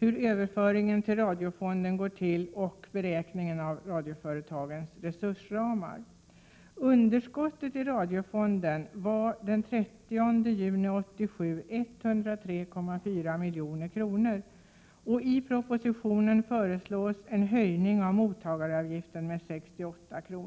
hur överföringen till radiofonden går till och beräkningen av radioföretagens resursramar. Underskottet i radiofonden den 30 juni 1987 var 103,4 milj.kr. I propositionen föreslås en höjning av mottagaravgiften med 68 kr.